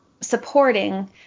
supporting